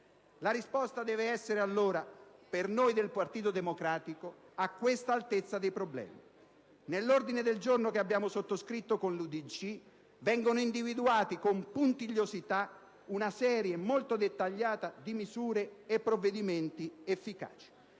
La risposta, allora, deve essere, per noi del Partito Democratico, a questa altezza dei problemi. Nell'ordine del giorno che abbiamo sottoscritto con l'UDC, SVP, Io Sud e Autonomie viene individuata con puntigliosità una serie molto dettagliata di misure e provvedimenti efficaci,